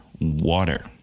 water